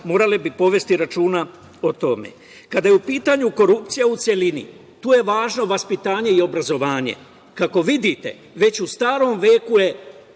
morale povesti računa o tome. Kada je u pitanju korupcija u celini, tu je važno vaspitanje i obrazovanje. Kako vidite, već u Starom veku je